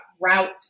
route